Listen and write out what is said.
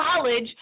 college